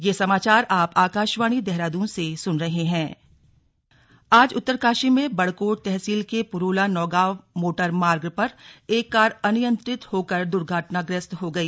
slug Uttarkashi दुर्घटना आज उत्तरकाशी में बड़कोट तहसील के पुरोला नौगांव मोटरमार्ग पर एक कार अनियंत्रित होकर दुर्घटनाग्रस्त हो गई